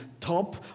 top